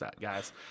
guys